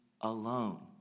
alone